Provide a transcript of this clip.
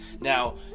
Now